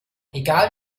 egal